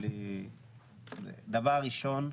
דבר ראשון,